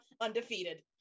Undefeated